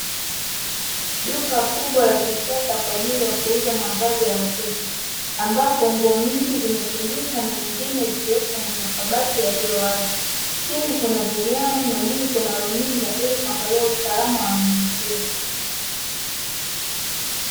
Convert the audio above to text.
Duka kubwa la kisasa kwa ajili ya kuuza mavazi ya watoto ambapo nguo nyingi zimetundikwa nyingine zikiwekwa kwenye makabati yaliyowazi, chini kuna vigae na juu kuna luninga ili kuangalia usalama wa eneo hilo.